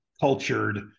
cultured